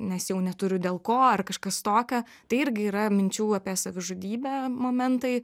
nes jau neturiu dėl ko ar kažkas tokio tai irgi yra minčių apie savižudybę momentai